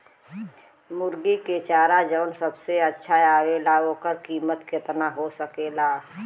मुर्गी के चारा जवन की सबसे अच्छा आवेला ओकर कीमत केतना हो सकेला?